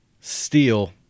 steel